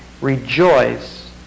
rejoice